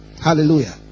Hallelujah